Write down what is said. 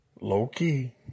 low-key